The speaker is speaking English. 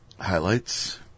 Highlights